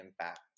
impact